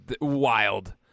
wild